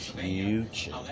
future